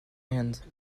end